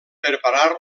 preparar